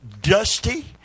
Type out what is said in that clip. dusty